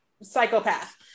psychopath